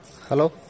Hello